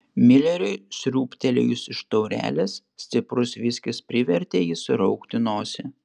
mileriui sriūbtelėjus iš taurelės stiprus viskis privertė jį suraukti nosį